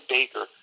Baker